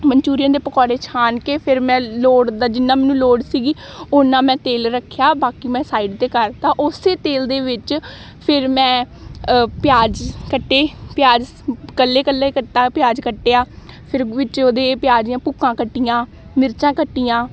Manchurian ਦੇ ਪਕੌੜੇ ਛਾਣ ਕੇ ਫਿਰ ਮੈਂ ਲੋੜ ਦਾ ਜਿੰਨਾ ਮੈਨੂੰ ਲੋੜ ਸੀਗੀ ਉੱਨਾ ਮੈਂ ਤੇਲ ਰੱਖਿਆ ਬਾਕੀ ਮੈਂ ਸਾਈਡ 'ਤੇ ਕਰਤਾ ਉਸੇ ਤੇਲ ਦੇ ਵਿੱਚ ਫਿਰ ਮੈਂ ਪਿਆਜ਼ ਕੱਟੇ ਪਿਆਜ਼ ਇਕੱਲੇ ਇਕੱਲੇ ਕੱਟਾ ਪਿਆਜ਼ ਕੱਟਿਆ ਫਿਰ ਵਿੱਚ ਉਹਦੇ ਪਿਆਜ਼ ਦੀਆਂ ਭੁੱਕਾਂ ਕੱਟੀਆਂ ਮਿਰਚਾਂ ਕੱਟੀਆਂ